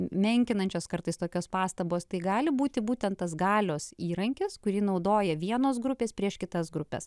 menkinančios kartais tokios pastabos tai gali būti būtent tas galios įrankis kurį naudoja vienos grupės prieš kitas grupes